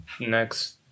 next